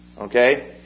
okay